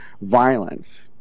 violence